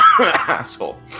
Asshole